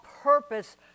purpose